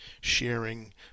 sharing